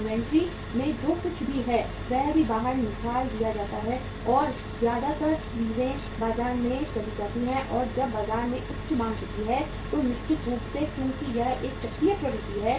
inventory में जो कुछ भी है वह भी बाहर निकाल दिया जाता है और ज्यादातर चीजें बाजार में चली जाती हैं और जब बाजार में उच्च मांग होती है तो निश्चित रूप से क्योंकि यह एक चक्रीय प्रवृत्ति है